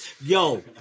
Yo